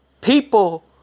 people